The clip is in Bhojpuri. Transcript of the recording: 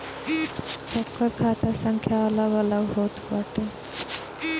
सबकर खाता संख्या अलग होत बाटे